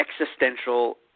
existential